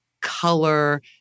color